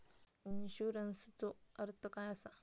इन्शुरन्सचो अर्थ काय असा?